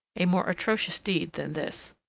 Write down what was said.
a more atrocious deed than this.